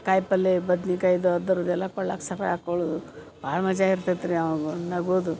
ಕಾಯಿ ಪಲ್ಯೆ ಬದ್ನಿಕಾಯ್ದು ಅದರ್ದು ಎಲ್ಲ ಕೊಳ್ಳಾಗೆ ಸರ ಹಾಕೊಳ್ಳುದು ಭಾಳ ಮಜಾ ಇರ್ತೈತೆ ರೀ ಆವಾಗ ಒಂದು ನಗೋದು